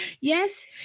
yes